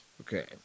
Okay